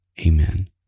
Amen